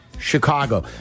Chicago